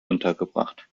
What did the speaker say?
untergebracht